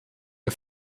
der